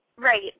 Right